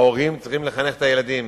ההורים צריכים לחנך את הילדים,